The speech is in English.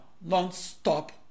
non-stop